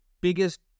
biggest